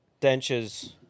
dentures